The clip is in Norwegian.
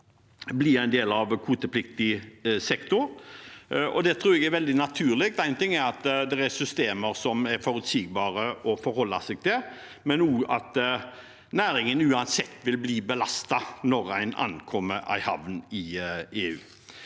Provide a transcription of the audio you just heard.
bli en del av kvotepliktig sektor, og det tror jeg er veldig naturlig. Én ting er at det er systemer som er forutsigbare å forholde seg til, men det er også slik at næringen uansett vil bli belastet når en ankommer en havn i EU.